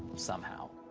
somehow.